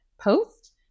post